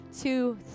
two